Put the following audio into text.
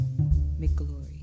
McGlory